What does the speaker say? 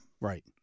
Right